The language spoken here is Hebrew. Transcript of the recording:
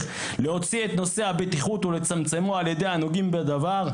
להוציא את נושא הבטיחות ולצמצמו על ידי הנוגעים בדבר,